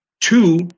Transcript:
Two